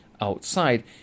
outside